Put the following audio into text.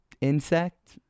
insect